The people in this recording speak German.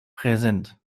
präsent